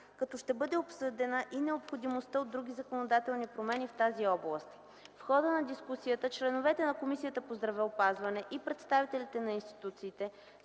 като ще бъде обсъдена и необходимостта от други законодателни промени в тази област. В хода на дискусията членовете на Комисията по здравеопазването и представителите на институциите